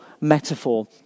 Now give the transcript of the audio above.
metaphor